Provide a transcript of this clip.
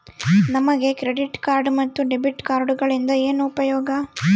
ನಮಗೆ credit card ಮತ್ತು debit ಕಾರ್ಡುಗಳಿಂದ ಏನು ಉಪಯೋಗ?